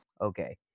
okay